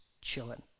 chilling